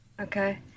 Okay